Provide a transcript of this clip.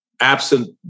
absent